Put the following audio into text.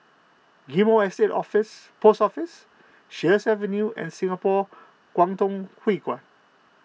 Ghim Moh Estate Office Post Office Sheares Avenue and Singapore Kwangtung Hui Kuan